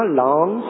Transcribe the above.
long